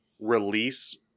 release